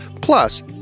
Plus